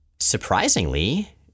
Surprisingly